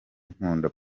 nkunda